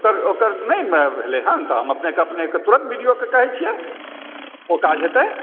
ओकर नहि ने भेलय हँ तऽ हम अपनेकेँ तुरन्त बी डी ओके कहैत छियै ओ काज हेतै